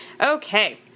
Okay